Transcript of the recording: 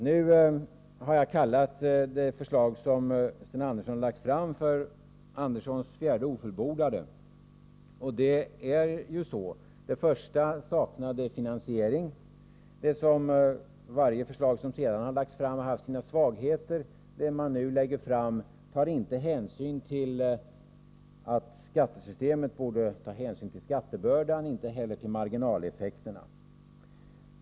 Jag har kallat det förslag som Sten Andersson nu lagt fram för Anderssons fjärde ofullbordade. Och det är ju så. Det första förslaget saknade finansiering. Varje förslag som sedan lagts fram har haft sina svagheter. Det förslag man nu lägger fram beaktar inte att skattesystemet borde ta hänsyn till skattebördan, och inte heller beaktas marginaleffekterna.